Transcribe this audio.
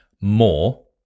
more